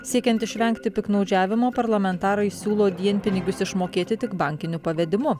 siekiant išvengti piktnaudžiavimo parlamentarai siūlo dienpinigius išmokėti tik bankiniu pavedimu